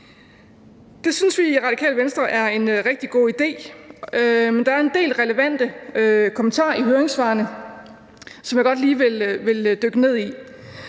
Det synes vi i Radikale Venstre er en rigtig god idé. Men der er en del relevante kommentarer i høringssvarene, som jeg godt lige vil dykke ned i.